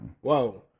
Whoa